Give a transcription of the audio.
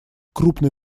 крупной